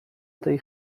tej